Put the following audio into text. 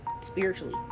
spiritually